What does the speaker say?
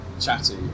chatty